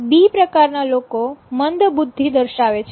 બી પ્રકારના લોકો મંદ બુદ્ધિ દર્શાવે છે